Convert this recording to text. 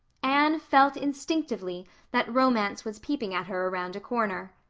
anne felt instinctively that romance was peeping at her around a corner.